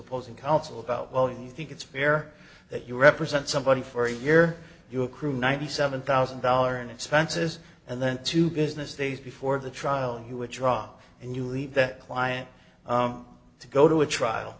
opposing counsel about well you think it's fair that you represent somebody for a year you accrue ninety seven thousand dollars in expenses and then two business days before the trial you would drop and you leave that client to go to a trial